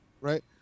Right